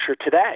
today